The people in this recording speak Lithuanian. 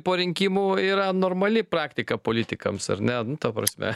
po rinkimų yra normali praktika politikams ar ne ta prasme